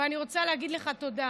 ואני רוצה להגיד לך תודה.